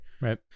Right